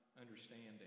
understanding